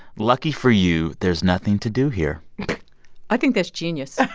lucky for you, there's nothing to do here i think that's genius